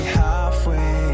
halfway